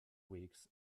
weeks